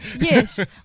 Yes